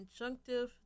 injunctive